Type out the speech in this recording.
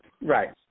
Right